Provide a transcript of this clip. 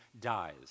dies